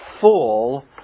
full